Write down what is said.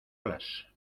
olas